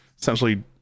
essentially